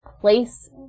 place